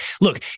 look